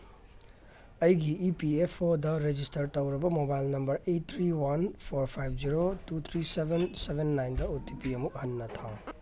ꯑꯩꯒꯤ E P F ꯑꯣꯗ register ꯇꯧꯔꯕ mobile number eight three one four five zero two three seven seven ꯅꯥꯏꯟꯗ O T P ꯑꯃꯨꯛ ꯍꯟꯅ ꯊꯥꯎ